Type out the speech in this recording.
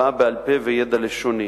הבעה בעל-פה וידע לשוני.